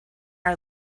our